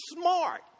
smart